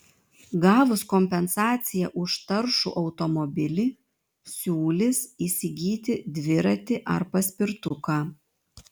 gavus kompensaciją už taršų automobilį siūlys įsigyti dviratį ar paspirtuką